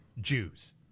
Jews